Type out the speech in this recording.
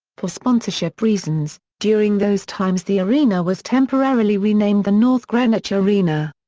for sponsorship reasons, during those times the arena was temporarily renamed the north greenwich arena.